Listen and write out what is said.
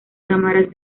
cámaras